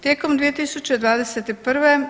Tijekom 2021.